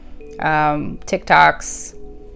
tiktoks